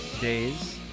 days